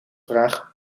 vraag